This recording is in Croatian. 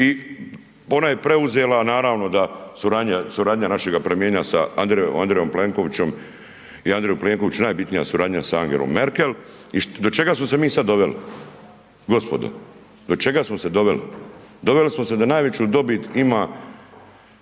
i ona je preuzela, naravno da suradnja, suradnja našega premijera sa Andrejom Plenkovićem i Andreju Plenkoviću najbitnija suradnja sa Angelom Merkel i do čega smo se mi sad doveli? Gospodo, do čega smo se doveli? Doveli smo se da najveću dobit ima